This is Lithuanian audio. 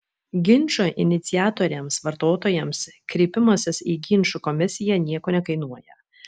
ginčo iniciatoriams vartotojams kreipimasis į ginčų komisiją nieko nekainuoja